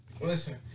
Listen